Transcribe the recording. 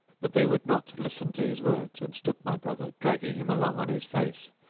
but they would not listen to his words and took my brother, dragging him along on his face,